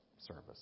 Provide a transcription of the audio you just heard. service